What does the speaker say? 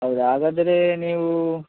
ಹೌದಾ ಹಾಗಾದರೆ ನೀವು